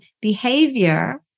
behavior